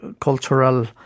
cultural